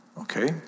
Okay